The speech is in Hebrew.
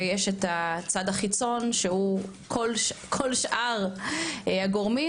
ויש את הצד החיצון שהוא כל שאר הגורמים,